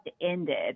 ended